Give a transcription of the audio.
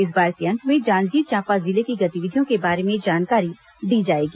इस बार के अंक में जांजगीर चांपा जिले की गतिविधियों के बारे में जानकारी दी जाएगी